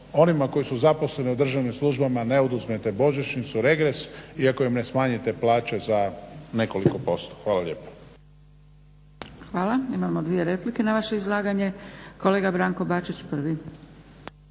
onima koji su zaposleni u državnim službama ne oduzmete božićnicu, regres i ako im ne smanjite plaće za nekoliko posto. Hvala lijepa. **Zgrebec, Dragica (SDP)** Hvala. Imamo dvije replike na vaše izlaganje. Kolega Branko Bačić prvi.